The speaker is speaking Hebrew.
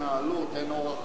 אין אורח חיים.